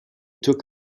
took